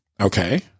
Okay